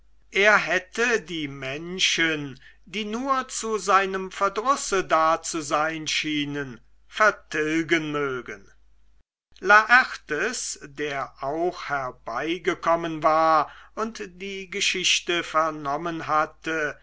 er hätte die menschen die nur zu seinem verdrusse da zu sein schienen vertilgen mögen laertes der auch herbeigekommen war und die geschichte vernommen hatte